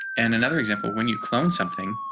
and another example. when you clone something